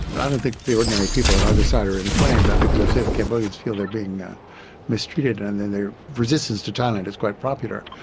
i don't think the ordinary people on either side are inflamed, i think as i've said the cambodians feel they're being mistreated and and the resistance to thailand is quite popular.